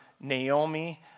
Naomi